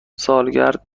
سالگرد